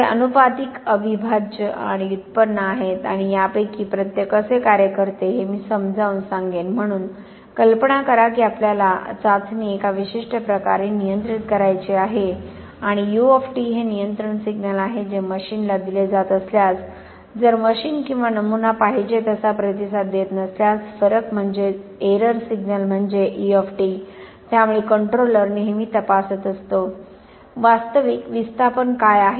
ते आनुपातिक अविभाज्य आणि व्युत्पन्न आहेत आणि यापैकी प्रत्येक कसे कार्य करते हे मी समजावून सांगेन म्हणून कल्पना करा की आपल्याला चाचणी एका विशिष्ट प्रकारे नियंत्रित करायची आहे आणि u हे नियंत्रण सिग्नल आहे जे मशीनला दिले जात असल्यास जर मशीन किंवा नमुना पाहिजे तसा प्रतिसाद देत नसल्यास फरक म्हणजे एरर सिग्नल म्हणजे e त्यामुळे कंट्रोलर नेहमी तपासत असतो वास्तविक विस्थापन काय आहे